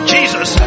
Jesus